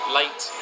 late